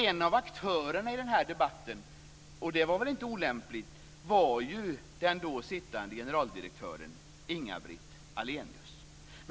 En av aktörerna i debatten - och det var väl inte olämpligt - var den då sittande generaldirektören, Inga-Britt Ahlenius.